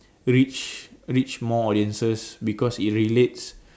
reach reach more audiences because it relates